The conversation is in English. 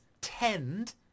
tend